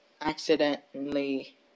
accidentally